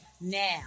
Now